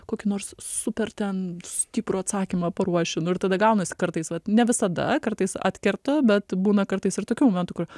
kokį nors super ten stiprų atsakymą paruošiu nu ir tada gaunasi kartais vat ne visada kartais atkertu bet būna kartais ir tokių momentų kur